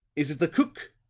is it the cook?